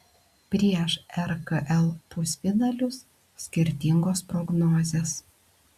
prieš rkl pusfinalius skirtingos prognozės